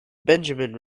benjamin